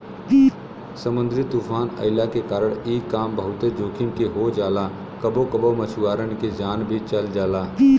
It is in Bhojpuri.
समुंदरी तूफ़ान अइला के कारण इ काम बहुते जोखिम के हो जाला कबो कबो मछुआरन के जान भी चल जाला